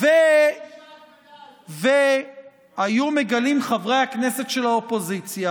היו מגלים חברי הכנסת של האופוזיציה,